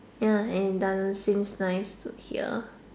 ya and it doesn't seems nice to hear